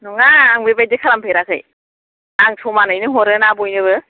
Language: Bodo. नङा आं बेबादि खालामफेराखै आं समानैनो हरो ना बयनोबो